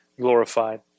glorified